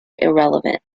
irrelevant